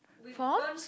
for